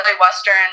Western